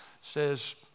says